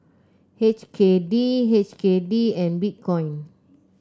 H K D H K D and Bitcoin